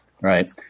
right